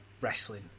wrestling